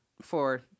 for-